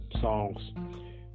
songs